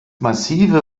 massive